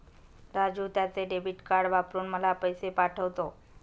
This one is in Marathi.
राजू त्याचे डेबिट कार्ड वापरून मला पैसे पाठवतो